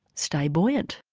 stay buoyant